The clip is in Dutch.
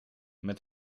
met